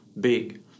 big